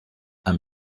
and